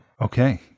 Okay